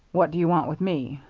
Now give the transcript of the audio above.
what do you want with me?